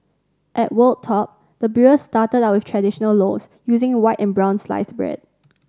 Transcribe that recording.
at Wold Top the brewers started out with traditional loaves using white and brown sliced bread